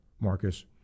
Marcus